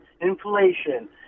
inflation